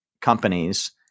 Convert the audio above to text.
companies